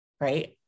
right